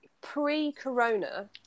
pre-Corona